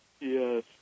Yes